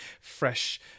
fresh